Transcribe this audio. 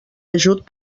ajut